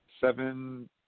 seven